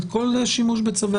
כל הלכה היא שווה